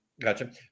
Gotcha